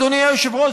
אדוני היושב-ראש,